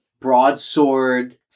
broadsword